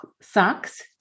socks